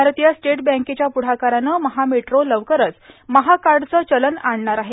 भारतीय स्टेट बकेच्या प्ढाकारानं महा मेट्रो लवकरच महाकाड चं चलन आणणार आहे